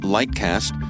Lightcast